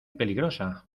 peligrosa